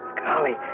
Golly